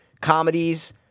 comedies